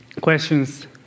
Questions